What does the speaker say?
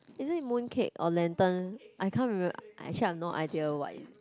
isn't it mooncake or lantern I can't remember actually I have no idea what it